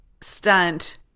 stunt